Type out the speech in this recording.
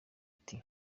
ati